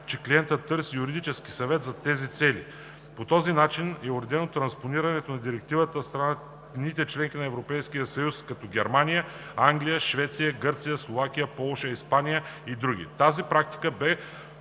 че клиентът търси юридически съвет за тези цели. По този начин е уредено транспонирането на Директивата в страните – членки на Европейския съюз, като Германия, Англия, Швеция, Гърция, Словакия, Полша, Испания и други. Тази практика бе